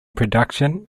production